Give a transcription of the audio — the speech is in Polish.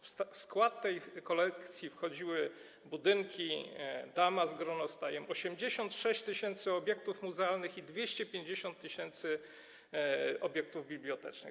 W skład tej kolekcji wchodziły budynki, „Dama z gronostajem”, 86 tys. obiektów muzealnych i 250 tys. obiektów bibliotecznych.